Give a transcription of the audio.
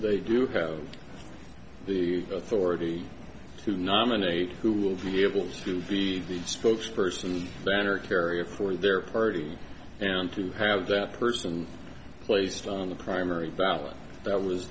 they do have the authority to nominate who will be able to be the spokesperson the banner carrier for their party and to have that person placed on the primary ballot that was